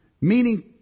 meaning